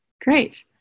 great